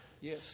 Yes